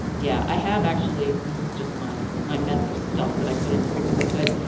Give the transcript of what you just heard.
yeah i have actually. this is just my my massive stuff that i put in there because i could.